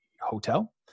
Hotel